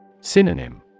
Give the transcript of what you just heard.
Synonym